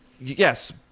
yes